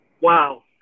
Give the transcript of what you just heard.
Wow